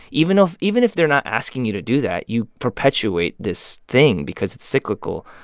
even if even if they're not asking you to do that, you perpetuate this thing because it's cyclical.